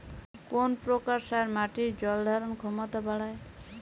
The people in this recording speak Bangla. কোন প্রকার সার মাটির জল ধারণ ক্ষমতা বাড়ায়?